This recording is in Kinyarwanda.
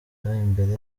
imbere